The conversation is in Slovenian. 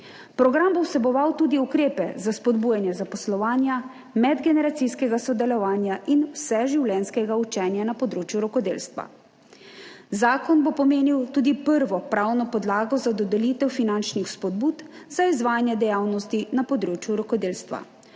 Program bo vseboval tudi ukrepe za spodbujanje zaposlovanja, medgeneracijskega sodelovanja in vseživljenjskega učenja na področju rokodelstva. Zakon bo pomenil tudi prvo pravno podlago za dodelitev finančnih spodbud za izvajanje dejavnosti na področju rokodelstva.